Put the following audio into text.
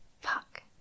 Fuck